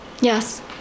Yes